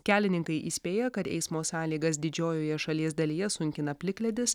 kelininkai įspėja kad eismo sąlygas didžiojoje šalies dalyje sunkina plikledis